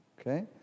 Okay